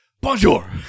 Bonjour